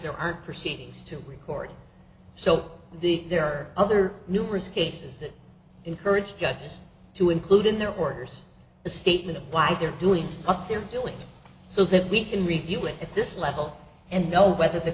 there are proceedings to record so the there are other numerous cases that encourage judges to include in their workers a statement of why they're doing what they're doing so that we can review it at this level and know whether the